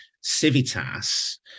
Civitas